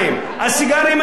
על סיגרים אין העלאה,